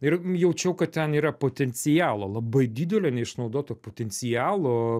ir jaučiau kad ten yra potencialo labai didelio neišnaudoto potencialo